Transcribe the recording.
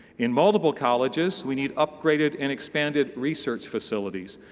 in multiple colleges we need upgraded and expanded research facilities.